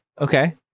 okay